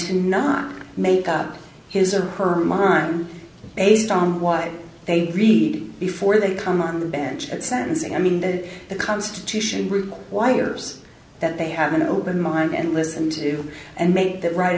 to not make up his or her mind based on what they read before they come on the bench at sentencing i mean the constitution requires that they have an open mind and listen to and make that right